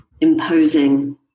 imposing